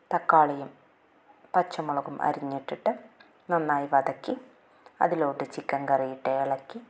തക്കാളിയും പച്ചമുളകും അരിഞ്ഞിട്ടിട്ട് നന്നായി വതക്കി അതിലോട്ട് ചിക്കന് കറി ഇട്ട് ഇളക്കി